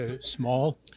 small